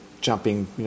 jumping